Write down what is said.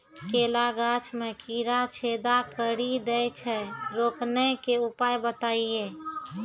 केला गाछ मे कीड़ा छेदा कड़ी दे छ रोकने के उपाय बताइए?